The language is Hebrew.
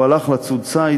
הוא הלך 'לצוד ציד',